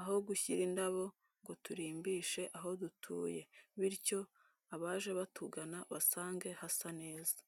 aho gushyira indabo ngo turimbishe aho dutuye bityo abaje batugana basange hasa neza.